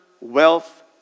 wealth